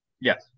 Yes